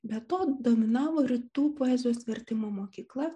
be to dominavo rytų poezijos vertimo mokykla